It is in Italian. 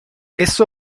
esso